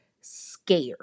scared